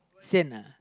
sian uh